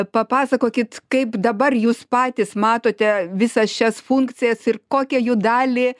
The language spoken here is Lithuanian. papasakokit kaip dabar jūs patys matote visas šias funkcijas ir kokią jų dalį